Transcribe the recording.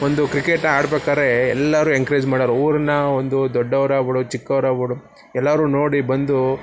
ಒಂದು ಕ್ರಿಕೆಟ್ನ ಆಡ್ಬೇಕಾದ್ರೆ ಎಲ್ಲರೂ ಎಂಕ್ರೇಜ್ ಮಾಡೋರು ಊರಿನ ಒಂದು ದೊಡ್ಡವರಾಗಿಬಿಡು ಚಿಕ್ಕವರಾಗಿಬಿಡು ಎಲ್ಲರೂ ನೋಡಿ ಬಂದು